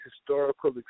historical